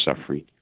suffering